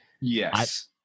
Yes